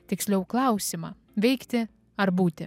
tiksliau klausimą veikti ar būti